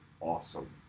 awesome